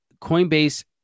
Coinbase